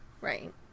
Right